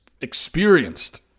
experienced